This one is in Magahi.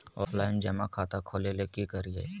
ऑफलाइन जमा खाता खोले ले की करिए?